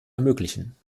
ermöglichen